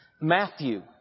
Matthew